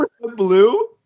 blue